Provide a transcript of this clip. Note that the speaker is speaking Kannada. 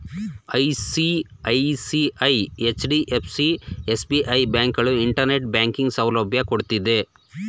ಐ.ಸಿ.ಐ.ಸಿ.ಐ, ಎಚ್.ಡಿ.ಎಫ್.ಸಿ, ಎಸ್.ಬಿ.ಐ, ಬ್ಯಾಂಕುಗಳು ಇಂಟರ್ನೆಟ್ ಬ್ಯಾಂಕಿಂಗ್ ಸೌಲಭ್ಯ ಕೊಡ್ತಿದ್ದೆ